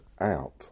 out